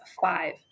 five